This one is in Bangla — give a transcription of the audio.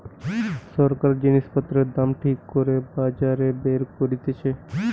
সরকার জিনিস পত্রের দাম ঠিক করে বাজেট বের করতিছে